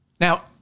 Now